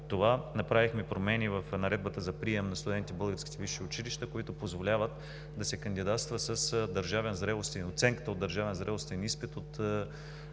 от това направихме промени в Наредбата за прием на студенти в българските висши училища, които позволяват да се кандидатства с оценката от държавен зрелостен изпит от